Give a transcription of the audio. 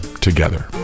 together